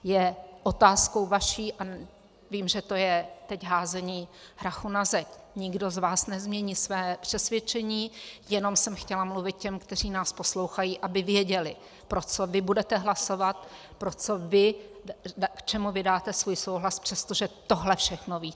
Je otázkou vaší a vím, že to je teď házení hrachu na zeď, nikdo z vás nezmění své přesvědčení, jenom jsem chtěla mluvit k těm, kteří nás poslouchají, aby věděli, pro co vy budete hlasovat, čemu vy dáte svůj souhlas, přestože tohle všechno víte.